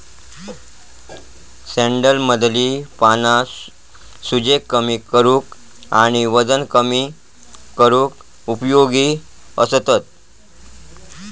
सॅलेडमधली पाना सूजेक कमी करूक आणि वजन कमी करूक उपयोगी असतत